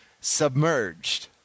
submerged